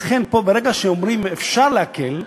ולכן פה ברגע שאומרים "אפשר להקל",